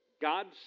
God's